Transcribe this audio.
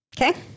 Okay